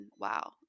wow